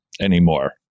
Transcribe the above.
anymore